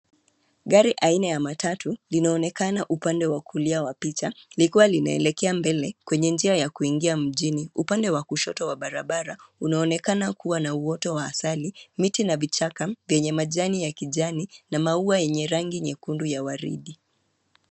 Gari aina ya matatu linaonekana upande wa kulia wa picha, likiwa linaelekea mbele, kwenye njia ya kuingia mjini, upande wa kushoto wa barabara, unaonekana kuwa na uoto wa asali, miti na vichaka vyenye majani ya kijani, na maua yenye rangi nyekundu ya waridi.